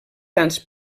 sants